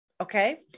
Okay